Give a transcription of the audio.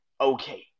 Okay